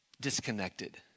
disconnected